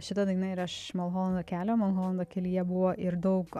šita daina ir aš malholandų kelio malholandų kelyje buvo ir daug